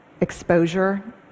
exposure